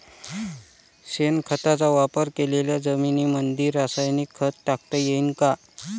शेणखताचा वापर केलेल्या जमीनीमंदी रासायनिक खत टाकता येईन का?